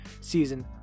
season